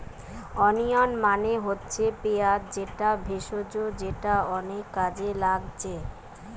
onion মানে হচ্ছে পিঁয়াজ যেটা ভেষজ যেটা অনেক কাজে লাগছে